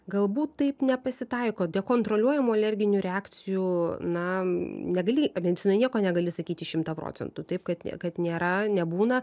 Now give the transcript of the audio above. galbūt taip nepasitaiko dekontroliuojamų alerginių reakcijų na negali medicinoj nieko negali sakyti šimtą procentų taip kad ne kad nėra nebūna